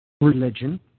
religion